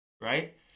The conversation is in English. right